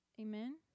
Amen